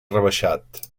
rebaixat